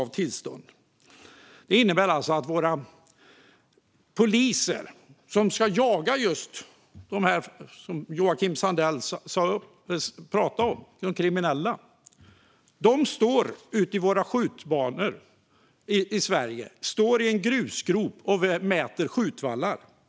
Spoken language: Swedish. Våra poliser, som ska jaga just de kriminella som Joakim Sandell pratade om, står alltså ute på våra skjutbanor i Sverige i en grusgrop och mäter skjutvallar.